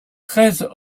treize